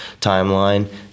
timeline